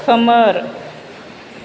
खोमोर